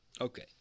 Okay